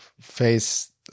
face